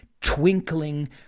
twinkling